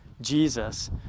Jesus